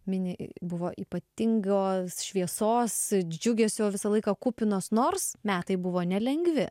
mini buvo ypatingos šviesos džiugesio visą laiką kupinos nors metai buvo nelengvi